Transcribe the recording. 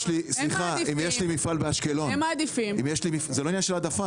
-- זה לא עניין של העדפה.